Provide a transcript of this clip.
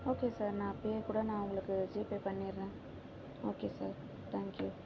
okay sir நா அப்பவே கூட நான் உங்களுக்கு ஜிபே பண்ணிவிடுறேன் ஓகே சார் தேங்க்யூ